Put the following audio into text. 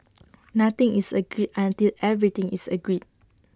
nothing is agreed until everything is agreed